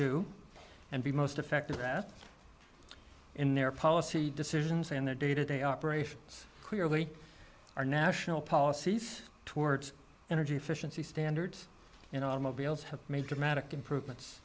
do and be most effective that in their policy decisions and their day to day operations clearly our national policies towards energy efficiency standards you know automobiles have made dramatic improvements